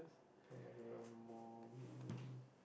paramour meaning